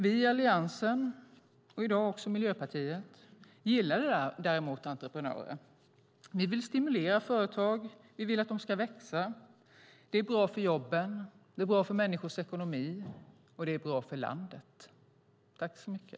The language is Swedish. Vi i Alliansen, och i dag också Miljöpartiet, gillar däremot entreprenörer. Vi vill stimulera företag. Vi vill att de ska växa. Det är bra för jobben, det är bra för människors ekonomi, och det är bra för landet.